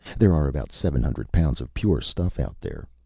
there are about seven hundred pounds of pure stuff out there.